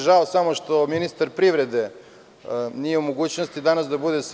Žao mi je što ministar privrede nije u mogućnosti da bude ovde.